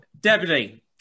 Deputy